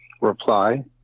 reply